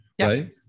right